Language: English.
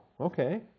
okay